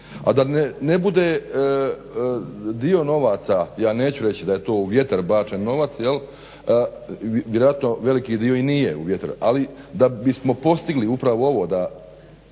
a da ne bude dio novaca, ja neću reći da je to u vjetar bačen novac, vjerojatno veliki dio i nije u vjetar ali da bismo postigli upravo ovaj